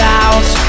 out